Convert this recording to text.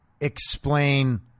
explain